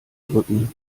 drücken